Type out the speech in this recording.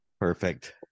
Perfect